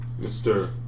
Mr